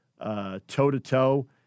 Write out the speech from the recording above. toe-to-toe